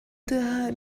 тыаһа